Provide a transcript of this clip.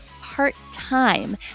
part-time